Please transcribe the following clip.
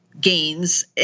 gains